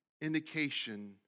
indication